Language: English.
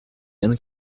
and